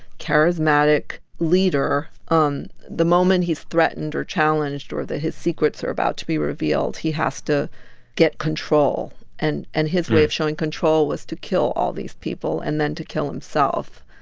charismatic leader, um the moment he's threatened or challenged or that his secrets are about to be revealed he has to get control. and and his way of showing control was to kill all these people and then to kill himself.